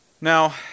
Now